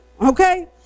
Okay